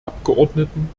abgeordneten